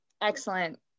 excellent